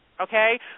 Okay